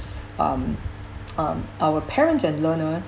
um um our parents and learner